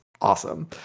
awesome